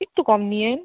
একটু কম নিয়েন